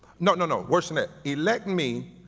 no, no, no, worse than that, elect me,